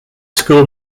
school